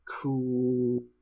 cool